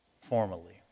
formally